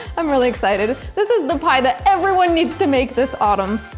i'm really excited. this is the pie that everyone needs to make this autumn.